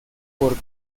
por